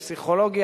הפסיכולוגי,